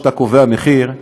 כשאתה קובע מחיר,